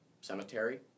cemetery